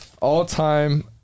All-time